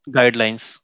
Guidelines